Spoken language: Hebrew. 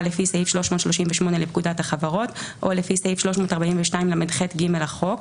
לפי סעיף 338 לפקודת החברות או לפי סעיף 342לח(ג) לחוק